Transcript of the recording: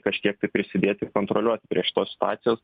kažkiek tai prisidėti kontroliuoti prie šitos situacijos